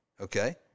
okay